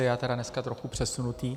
Já tedy dneska trochu přesunutý.